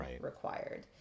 required